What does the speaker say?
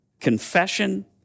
Confession